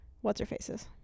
what's-her-faces